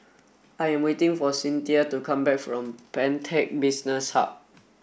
I am waiting for Cinthia to come back from Pantech Business Hub